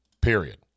period